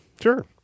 Sure